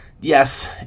yes